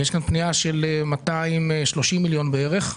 יש כאן פנייה על 230 מיליון שקל בערך,